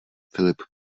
filip